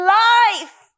life